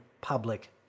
public